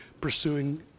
pursuing